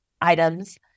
items